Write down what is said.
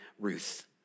Ruth